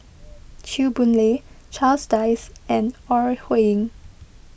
Chew Boon Lay Charles Dyce and Ore Huiying